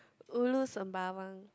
ulu sembawang